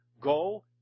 go